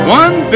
one